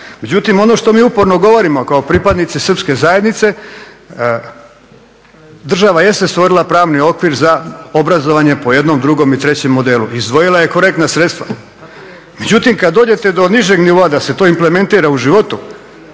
Međutim, ono što mi uporno govorimo kao pripadnici Srpske zajednice država jeste stvorila pravni okvir za obrazovanje po jednom, drugom i trećem modelu, izdvojila je korektna sredstva. Međutim, kad dođete do nižeg nivoa da se to implementira u životu,